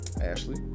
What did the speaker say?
Ashley